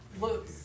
Look